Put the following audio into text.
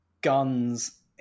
guns